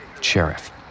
Sheriff